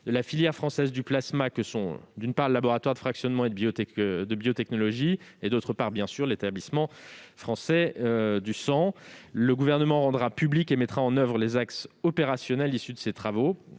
de la filière française du plasma que sont, d'une part, le Laboratoire français du fractionnement et des biotechnologies et, d'autre part, bien entendu, l'Établissement français du sang. Le Gouvernement rendra publics et mettra en oeuvre les axes opérationnels issus de ces travaux